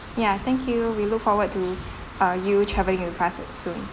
yeah thank you we look forward to uh you travelling with us soon